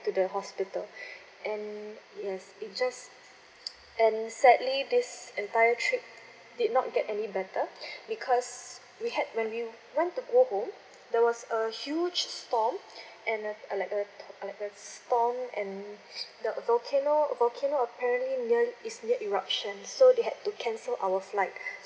to the hospital and yes it just and sadly this entire trip did not get any better because we had when we want to go home there was a huge storm and uh like a storm and the volcano volcano apparently nearly is near eruption so they had to cancel our flight